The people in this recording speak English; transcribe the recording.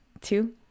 two